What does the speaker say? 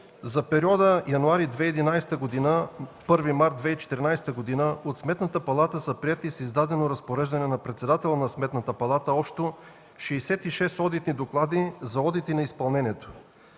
за периода януари 2011 г. – 1 март 2014 г., от Сметната палата са приети с издадено разпореждане на председателя на Сметната палата общо 66 одитни доклада за одити на изпълнението.